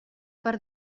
per